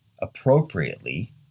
appropriately